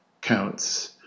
counts